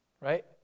Right